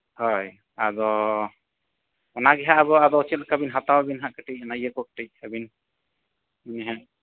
ᱦᱳᱭ ᱟᱫᱚ ᱚᱱᱟ ᱜᱮᱦᱟᱸᱜ ᱟᱫᱚ ᱪᱮᱫ ᱞᱮᱠᱟ ᱵᱤᱱ ᱦᱟᱛᱟᱣᱟ ᱵᱤᱱ ᱦᱟᱸᱜ ᱠᱟᱹᱴᱤᱡ ᱚᱱᱟ ᱠᱚ ᱤᱭᱟᱹ ᱟᱹᱵᱤᱱ ᱠᱟᱹᱴᱤᱡᱽ ᱟᱹᱵᱤᱱ ᱵᱤᱱ ᱦᱟᱸᱜ